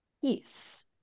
peace